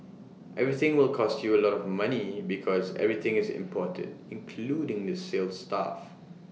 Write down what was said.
everything will cost you A lot of money because everything is imported including the sales staff